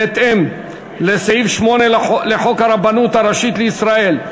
בהתאם לסעיף 8 לחוק הרבנות הראשית לישראל,